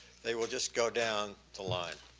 they will just go down the line.